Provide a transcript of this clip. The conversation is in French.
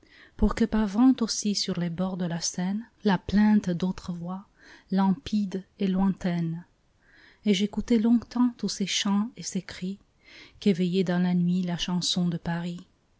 pour que parvint aussi sur les bords de la seine la plainte d'autres voix limpides et lointaines et j'écoutai longtemps tous ces chants et ces cris qu'éveillait dans la nuit la chanson de paris